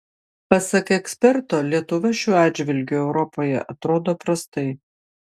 pasak eksperto lietuva šiuo atžvilgiu europoje atrodo prastai